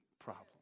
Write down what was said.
problem